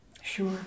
Sure